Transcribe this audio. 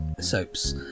soaps